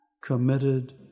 committed